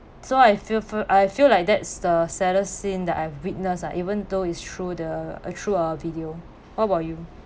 so I feel feel I feel like that's the saddest scene that I've witnessed ah even though it's through the uh through a video what about you